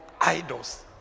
idols